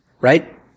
Right